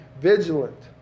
vigilant